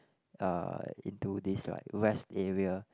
uh into this like rest area